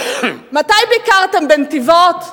מתי ביקרתם בנתיבות?